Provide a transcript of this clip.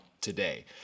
today